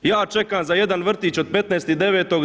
Ja čekam za jedan vrtić od 15.9.